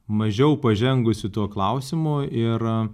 mažiau pažengusi tuo klausimu ir